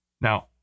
Now